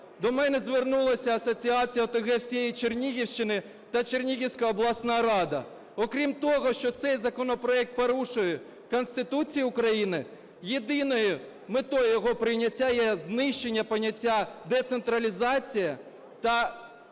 До мене звернулася асоціація ОТГ всієї Чернігівщини та Чернігівська обласна рада. Окрім того, що цей законопроект порушує Конституцію України, єдиною метою його прийняття є знищення поняття "децентралізація" та введення